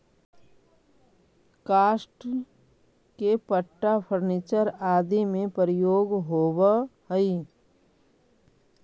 काष्ठ के पट्टा फर्नीचर आदि में प्रयोग होवऽ हई